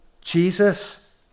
Jesus